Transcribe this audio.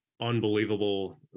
unbelievable